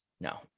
no